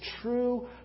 true